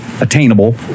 attainable